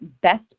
best